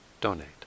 donate